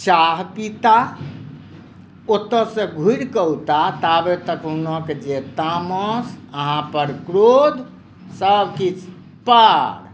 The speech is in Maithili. चाह पीताह ओतयसॅं घुरि कऽ औताह ताबे तक हुनक जे तामस अहाँ पर क्रोध सभ किछु पार